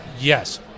Yes